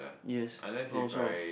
yes also